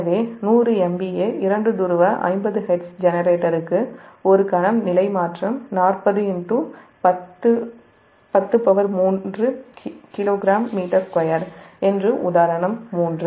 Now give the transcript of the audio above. எனவே 100MVA 2 துருவ 50Hz ஜெனரேட்டருக்கு ஒரு கணம் நிலைமாற்றம் 40 103 Kg metre2 என்று உதாரணம் 3